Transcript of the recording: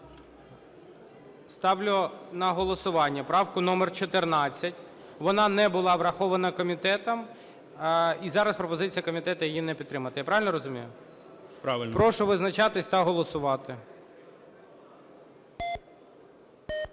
Ставлю на голосування правку номер 14. Вона не була врахована комітетом і зараз пропозиція комітету її не підтримати. Я правильно розумію? КОВАЛЬЧУК О.В. Правильно.